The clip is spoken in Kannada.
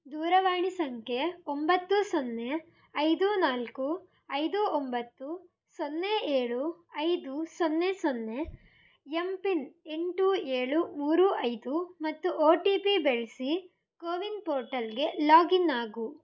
ದೂರವಾಣಿ ಸಂಖ್ಯೆ ಒಂಬತ್ತು ಸೊನ್ನೆ ಐದು ನಾಲ್ಕು ಐದು ಒಂಬತ್ತು ಸೊನ್ನೆ ಏಳು ಐದು ಸೊನ್ನೆ ಸೊನ್ನೆ ಎಂ ಪಿನ್ ಎಂಟು ಏಳು ಮೂರು ಐದು ಮತ್ತು ಒ ಟಿ ಪಿ ಬಳ್ಸಿ ಕೋವಿನ್ ಪೋರ್ಟಲ್ಗೆ ಲಾಗಿನ್ ಆಗು